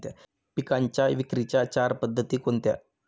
पिकांच्या विक्रीच्या चार पद्धती कोणत्या?